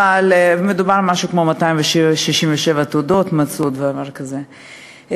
מדובר במשהו כמו 267 תעודות שמצאו, דבר כזה.